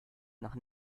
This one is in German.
nach